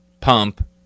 pump